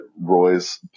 Roy's